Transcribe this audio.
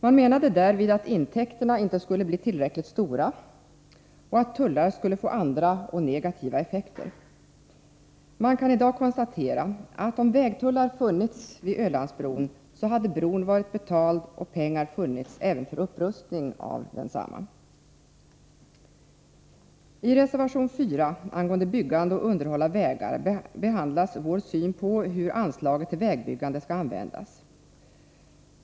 Man menade därvid att intäkterna inte skulle bli tillräckligt stora och att tullar skulle få andra och negativa effekter. Man kan i dag konstatera att om vägtullar hade funnits vid Ölandsbron, så hade bron varit betald och pengar funnits även för upprustning av densamma. I reservation 4 angående byggande och underhåll av vägar behandlas vår syn på hur anslaget till vägbyggande skall användas.